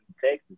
Texas